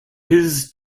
his